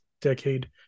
decade